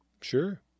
Sure